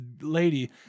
lady